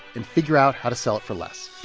and figure out how to sell it for less